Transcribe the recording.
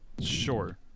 Sure